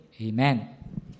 amen